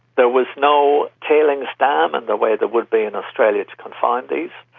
there was no tailings dam in the way there would be in australia to confine these.